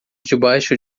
debaixo